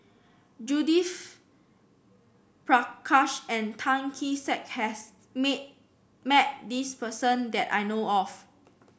Judith Prakash and Tan Kee Sek has meet met this person that I know of